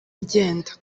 agenda